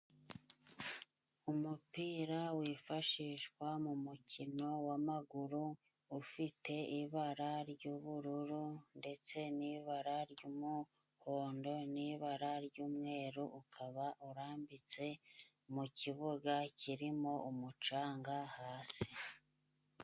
Umupira wifashishwa mu mukino w'amaguru ufite ibara ry'ubururu ndetse n'ibara ry'umuhondo n'ibara ry'umweru, ukaba urambitse mu kibuga kirimo umucanga hasi.